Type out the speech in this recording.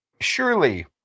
surely